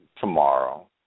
tomorrow